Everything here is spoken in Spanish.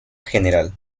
general